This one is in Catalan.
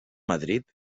madrid